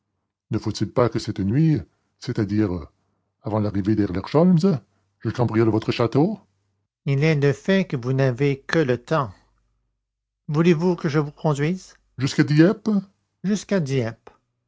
ne faut-il pas que cette nuit c'est-à-dire avant l'arrivée de herlock sholmès je cambriole votre château il est de fait que vous n'avez que le temps voulez-vous que je vous conduise jusqu'à dieppe jusqu'à dieppe